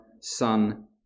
Son